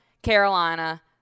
Carolina